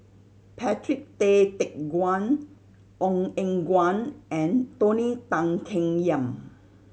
Patrick Tay Teck Guan Ong Eng Guan and Tony Tan Keng Yam